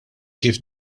kif